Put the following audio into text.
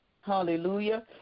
hallelujah